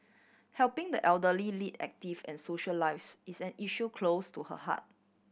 helping the elderly lead active and social lives is an issue close to her heart